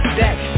deck